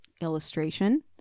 illustration